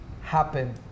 happen